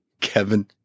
Kevin